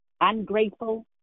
ungrateful